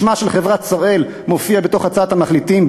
שמה על חברת "שראל" מופיע בתוך הצעת המחליטים,